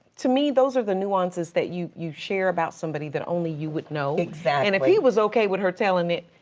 to me, those are the nuances that you you share about somebody that only you would know. exactly. and if he was okay with her telling it,